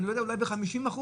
אולי ב-50%,